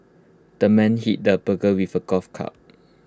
the man hit the burglar with A golf club